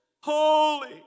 Holy